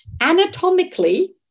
anatomically